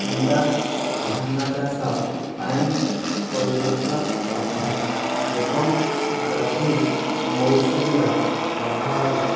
କିମ୍ବା ଧାନ ଚାଷ ପାଇଁ ଉପଯୁକ୍ତ ନଥାଏ ଏବଂ ଯଦି ମୌସୁମୀର ପ୍ରବାହରେ